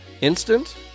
instant